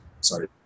Sorry